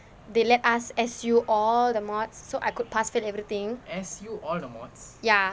they let us S_U all the mods so I could pass fail everything ya